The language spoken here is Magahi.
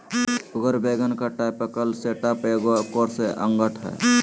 उगर वैगन का टायपकल सेटअप एगो कोर्स अंगठ हइ